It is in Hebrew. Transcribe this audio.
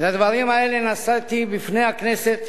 את הדברים האלה נשאתי בפני הכנסת